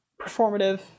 performative